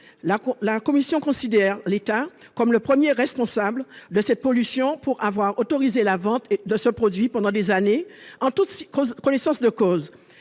la Commission considère l'État comme le 1er, responsable de cette pollution, pour avoir autorisé la vente de ce produit pendant des années en tout six qu'on connaissance de cause,